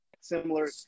similar